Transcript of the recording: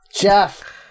Jeff